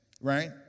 right